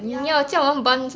ya lor